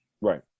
Right